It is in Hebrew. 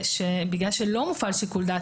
בגלל שלא מופעל שיקול דעת,